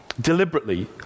Deliberately